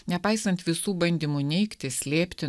nepaisant visų bandymų neigti slėpti